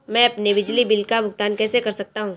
मैं अपने बिजली बिल का भुगतान कैसे कर सकता हूँ?